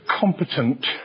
competent